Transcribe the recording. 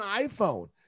iPhone